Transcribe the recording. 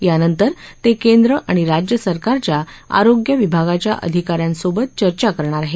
यानंतर ते केंद्र आणि राज्य सरकारच्या आरोग्यविभागाच्या अधिका यांसोबत चर्चा करणार आहेत